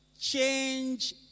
change